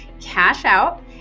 cash-out